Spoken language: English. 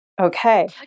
Okay